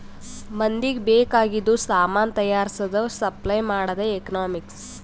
ಮಂದಿಗ್ ಬೇಕ್ ಆಗಿದು ಸಾಮಾನ್ ತೈಯಾರ್ಸದ್, ಸಪ್ಲೈ ಮಾಡದೆ ಎಕನಾಮಿಕ್ಸ್